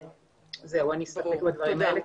אני אסתפק בדברים האלה.